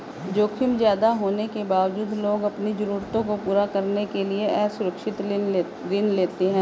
जोखिम ज्यादा होने के बावजूद लोग अपनी जरूरतों को पूरा करने के लिए असुरक्षित ऋण लेते हैं